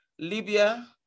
Libya